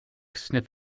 sniff